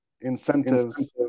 incentives